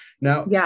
Now